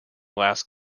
last